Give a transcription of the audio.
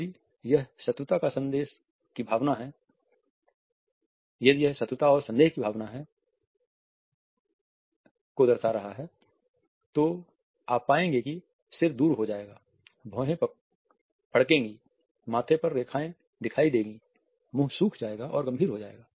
यदि यह शत्रुता और संदेह की भावना है को दर्शा रहा है तो आप पाएंगे कि सिर दूर हो जाएगा भौहें फड़केंगी माथे पर रेखाएं दिखाई देंगी मुंह सूख जाएगा और गंभीर हो जाएगा